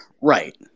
right